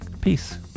peace